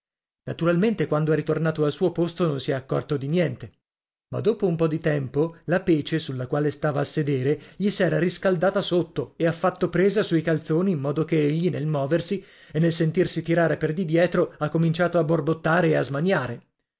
naturalmente quando è ritornato al suo posto non si è accorto di niente ma dopo un po di tempo la pece sulla quale stava a sedere gli s'era riscaldata sotto e ha fatto presa sui calzoni in modo che egli nel moversi e nel sentirsi tirare per di dietro ha cominciato a borbottare e a smaniare